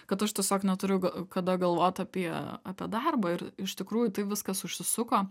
kad aš tiesiog neturiu kada galvot apie apie darbą ir iš tikrųjų tai viskas užsisuko